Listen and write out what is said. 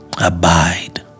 Abide